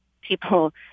people